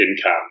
income